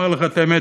אומר לך את האמת,